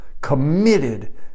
committed